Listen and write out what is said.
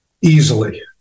Easily